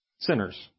sinners